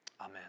Amen